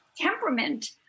temperament